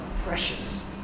Precious